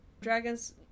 Dragons